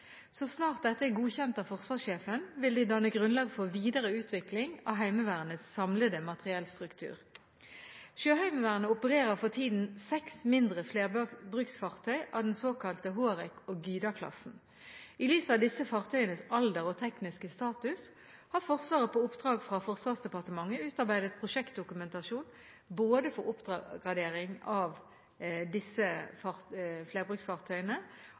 Så snart dette er godkjent av forsvarssjefen, vil det danne grunnlag for videre utvikling av Heimevernets samlede materiellstruktur. Sjøheimevernet opererer for tiden seks mindre flerbruksfartøy av den såkalte Hårek- og Gyda-klassen. I lys av disse fartøyenes alder og tekniske status har Forsvaret, på oppdrag fra Forsvarsdepartementet, utarbeidet prosjektdokumentasjon både for oppgradering av disse flerbruksfartøyene